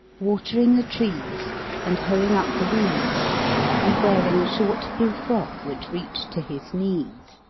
watering the trees and hoeing up the weeds and wearing a short blue frock which reached to his knees.